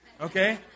Okay